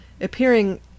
appearing